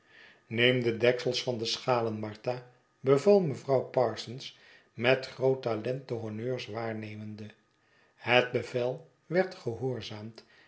neem de deksels van de schalen martha beval mevrouw parsons met groot talent de honneurs waarnemende het bevel werd gehoorzaamd en